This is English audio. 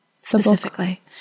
Specifically